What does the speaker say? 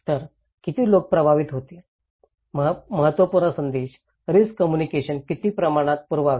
तर किती लोक प्रभावित होतील महत्त्वपूर्ण संदेश रिस्क कम्युनिकेशनस किती प्रमाणात पुरवावे